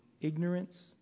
ignorance